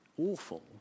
awful